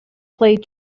played